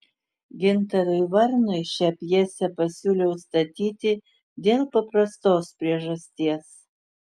gintarui varnui šią pjesę pasiūliau statyti dėl paprastos priežasties